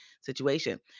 situation